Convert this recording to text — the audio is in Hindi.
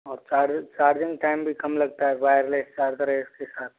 और चार्जिंग चार्जिंग टाइम भी कम लगता है वायरलेस चार्जर है इसके साथ